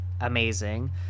amazing